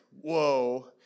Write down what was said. whoa